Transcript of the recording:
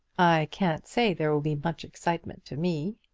i can't say there will be much excitement to me.